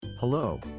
Hello